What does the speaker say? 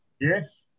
Yes